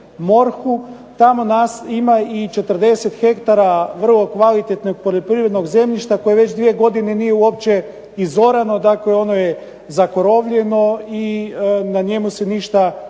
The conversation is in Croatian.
Tamo nas ima i 40 ha vrlo kvalitetnog poljoprivrednog zemljišta koji već dvije godine nije uopće izorano. Dakle, ono je zakorovljeno i na njemu se ništa ne